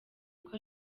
uko